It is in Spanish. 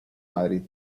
madrid